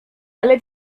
ale